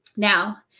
Now